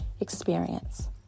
experience